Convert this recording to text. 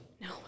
no